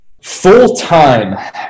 Full-time